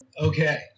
Okay